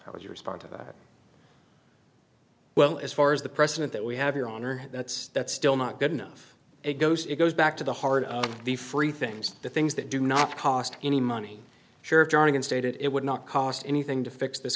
how would you respond to that well as far as the president that we have your honor that's that's still not good enough it goes it goes back to the heart of the free things the things that do not cost any money sure jargon stated it would not cost anything to fix this